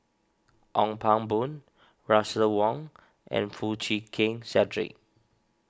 Ong Pang Boon Russel Wong and Foo Chee Keng Cedric